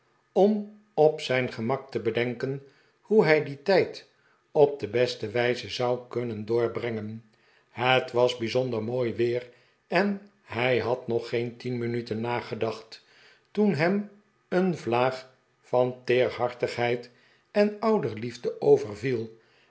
om op zijn gemak te bedenken hoe hij dien tijd op de beste wijze zou kunnen doorbrengen het was bijzonder mooi weer en hij had nog geen tien minuten nagedacht toen hem een vlaag vart teerhartigheid en ouderliefde overviel